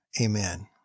amen